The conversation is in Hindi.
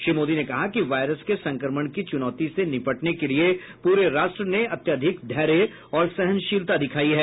श्री मोदी ने कहा कि वायरस के संक्रमण की चुनौती से निपटने के लिए पूरे राष्ट्र ने अत्यधिक धैर्य और सहनशीलता दिखाई है